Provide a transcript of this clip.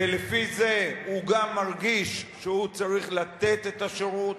ולפי זה הוא גם מרגיש שהוא צריך לתת את השירות,